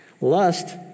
Lust